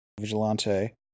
Vigilante